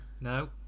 No